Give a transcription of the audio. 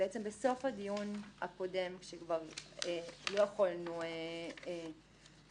בסוף הדיון הקודם כשכבר לא יכולנו להרחיב